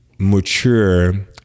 mature